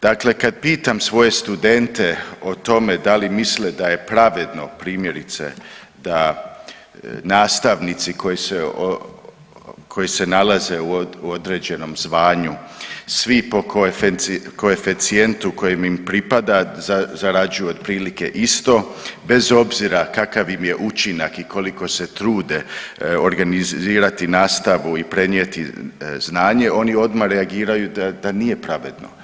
Dakle, kad pitam svoje studente o tome da li misle da je pravedno primjerice da nastavnici koji se, koji se nalaze u određenom zvanju svi po koeficijentu kojim im pripada zarađuju otprilike isto bez obzira kakav im je učinak i koliko se trude organizirati nastavu i prenijeti znanje, oni odmah reagiraju da nije pravedno.